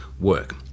work